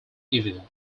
evil